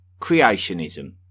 creationism